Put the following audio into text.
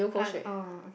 uh oh okay